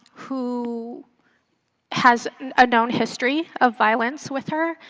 who has a known history of violence with her.